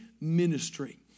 ministry